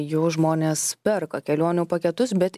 jau žmonės perka kelionių paketus bet